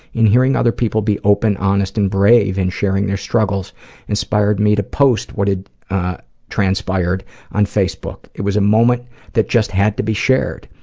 hearing other people be open, honest, and brave in sharing their struggles inspired me to post what had transpired on facebook. it was a moment that just had to be shared.